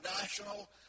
national